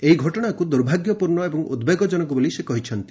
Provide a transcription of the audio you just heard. ଏହି ଘଟଣାକୁ ଦୁର୍ଭାଗ୍ୟପୂର୍ଣ୍ଣ ଏବଂ ଉଦ୍ବେଗଜନକ ବୋଲି ସେ କହିଛନ୍ତି